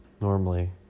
Normally